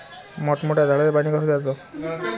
मोठ्या मोठ्या झाडांले पानी कस द्याचं?